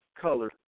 color